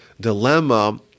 dilemma